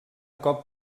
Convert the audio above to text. cop